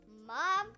Mom